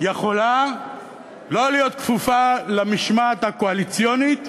יכולה שלא להיות כפופה למשמעת הקואליציונית,